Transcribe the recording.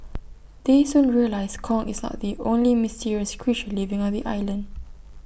they soon realise Kong is not the only mysterious creature living on the island